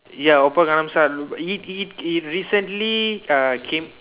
ya Oppa Gangnam style he he he recently uh came